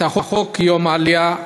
את חוק יום העלייה.